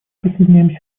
присоединяемся